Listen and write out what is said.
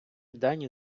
дані